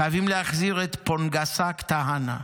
חייבים להחזיר את פונגסאק טהנה,